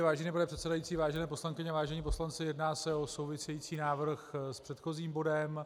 Vážený pane předsedající, vážené poslankyně, vážení poslanci, jedná se o související návrh s předchozím bodem.